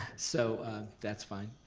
so that's fine.